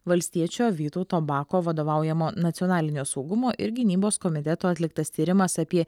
valstiečio vytauto bako vadovaujamo nacionalinio saugumo ir gynybos komiteto atliktas tyrimas apie